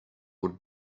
would